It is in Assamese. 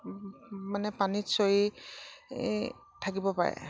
মানে পানীত চৰি থাকিব পাৰে